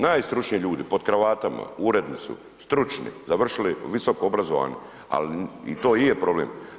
Najstručniji ljudi, pod kravatama, uredni su, stručni, završili visoko obrazovanje, ali to i je problem.